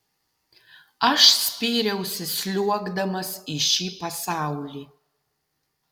aš spyriausi sliuogdamas į šį pasaulį